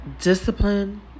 discipline